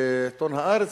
בעיתון "הארץ",